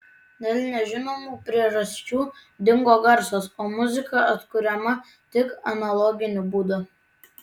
dėl nežinomų priežasčių dingo garsas o muzika atkuriama tik analoginiu būdu